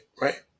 right